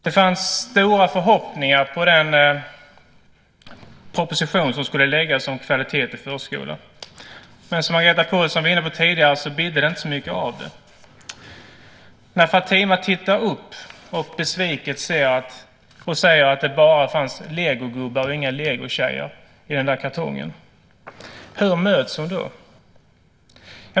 Det fanns stora förhoppningar på den proposition som skulle läggas fram om kvalitet i förskolan. Men, som Margareta Pålsson var inne på tidigare, blev det inte så mycket av det. När Fatima tittar upp och besviket säger att det bara fanns legogubbar och inga legotjejer i kartongen, hur möts hon då?